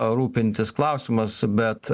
rūpintis klausimas bet